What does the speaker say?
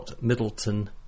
Middleton